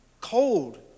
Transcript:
cold